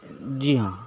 جی ہاں